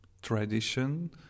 Tradition